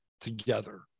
together